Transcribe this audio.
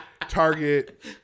Target